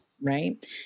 Right